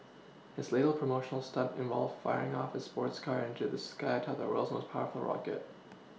his latest promotional stunt involved firing off a sports car into the sky atop the world's most powerful rocket